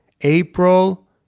April